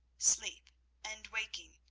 sleep and waking,